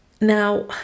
Now